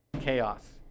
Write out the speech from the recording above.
chaos